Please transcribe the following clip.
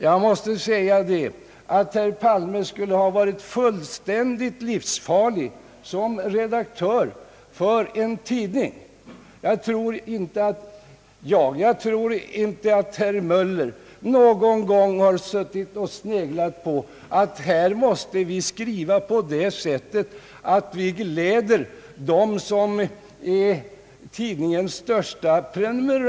Jag måste säga att herr Palme vore fullständigt livsfarlig som redaktör för en tidning. Jag tror inte att herr Möller någon gång har suttit och sneglat på att skriva så att han gläder tidningens största annonsörer.